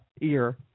Ear